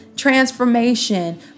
transformation